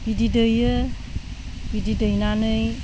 बिदै दैयो बिदै दैनानै